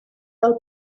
del